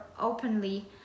openly